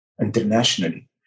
internationally